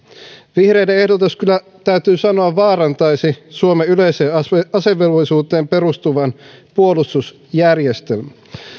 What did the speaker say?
vihreiden ehdotus kyllä täytyy sanoa vaarantaisi suomen yleiseen asevelvollisuuteen perustuvan puolustusjärjestelmän